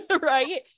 right